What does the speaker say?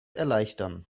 erleichtern